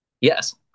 Yes